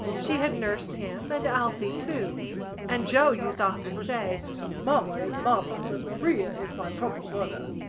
she had nursed him and alphy too and joe used often say mamma is mamma but maria is my proper mother.